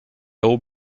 old